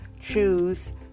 choose